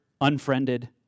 unfriended